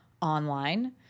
online